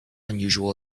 unusual